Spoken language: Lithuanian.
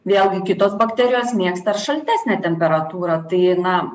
vėlgi kitos bakterijos mėgsta ir šaltesnę temperatūrą tai na